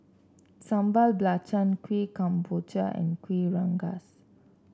Sambal Belacan Kueh Kemboja and Kuih Rengas